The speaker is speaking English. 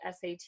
SAT